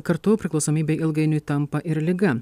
kartu priklausomybė ilgainiui tampa ir liga